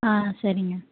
ஆ சரிங்க